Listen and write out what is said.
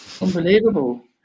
Unbelievable